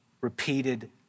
repeated